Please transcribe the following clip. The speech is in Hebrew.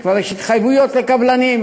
כשכבר יש התחייבויות לקבלנים,